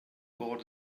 bought